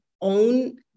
own